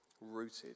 Rooted